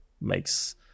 makes